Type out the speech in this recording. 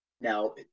now